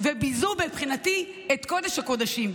וביזו מבחינתי את קודש-הקודשים,